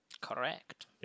Correct